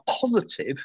positive